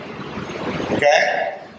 okay